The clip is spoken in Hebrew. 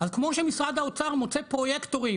אז כמו שמשרד האוצר מוצא פרויקטורים